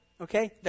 Okay